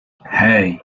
hey